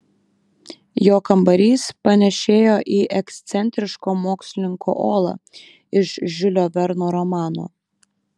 jo kambarys panėšėjo į ekscentriško mokslininko olą iš žiulio verno romano